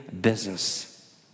business